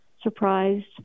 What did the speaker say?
surprised